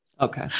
okay